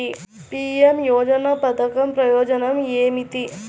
PM యోజన పధకం ప్రయోజనం ఏమితి?